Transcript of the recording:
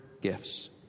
gifts